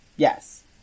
Yes